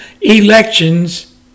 elections